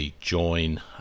join